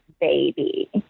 baby